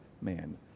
man